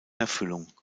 erfüllung